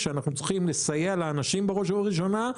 אנחנו צריכים לסייע לאנשים בראש ובראשונה.